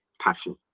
passion